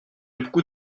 beaucoup